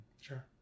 sure